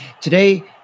Today